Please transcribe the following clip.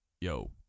yo